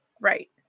Right